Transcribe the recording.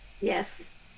Yes